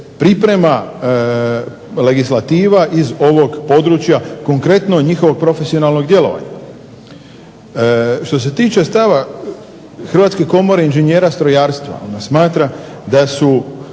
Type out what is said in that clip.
priprema legislativa iz ovog područja, konkretno njihovog profesionalnog djelovanja. Što se tiče stava Hrvatske komore inžinjera strojarstva, ona smatra da su